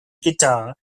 guitar